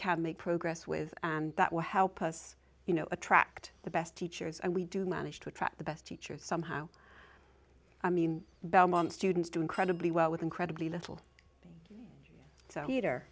can make progress with and that will help us you know attract the best teachers and we do manage to attract the best teachers somehow i mean belmont students do incredibly well with incredibly little so heater